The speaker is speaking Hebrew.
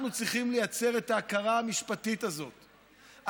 אנחנו צריכים לייצר את ההכרה המשפטית הזאת,